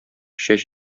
чәч